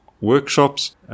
workshops